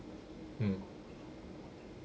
mm